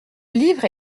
livre